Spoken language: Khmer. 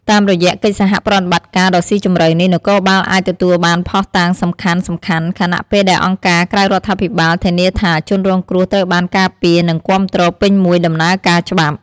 តាមរយៈកិច្ចសហប្រតិបត្តិការដ៏ស៊ីជម្រៅនេះ នគរបាលអាចទទួលបានភស្តុតាងសំខាន់ៗ ខណៈពេលដែលអង្គការក្រៅរដ្ឋាភិបាលធានាថាជនរងគ្រោះត្រូវបានការពារ និងគាំទ្រពេញមួយដំណើរការច្បាប់។